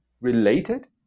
related